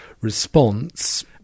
response